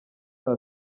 saa